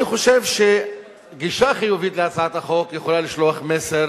אני חושב שטוב תעשה המדינה אם היא תחשוב שיש מקום להתייחס בצורה